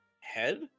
head